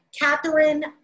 Catherine